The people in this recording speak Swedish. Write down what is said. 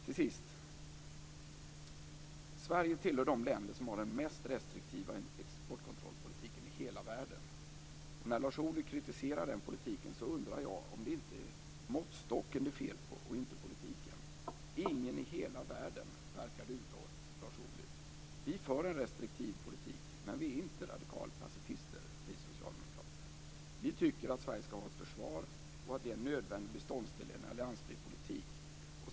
Till sist: Sverige tillhör de länder som har den mest restriktiva exportkontrollpolitiken i hela världen. När Lars Ohly kritiserar den politiken undrar jag om det inte är måttstocken det är fel på snarare än politiken. Ingen i hela världen verkar duga åt Lars Ohly. Vi för en restriktiv politik. Men vi är inte radikalpacifister, vi socialdemokrater. Vi tycker att Sverige ska ha ett försvar och att det är en nödvändig beståndsdel i en alliansfri politik.